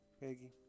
Peggy